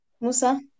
musa